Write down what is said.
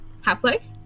Half-Life